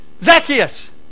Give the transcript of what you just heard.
Zacchaeus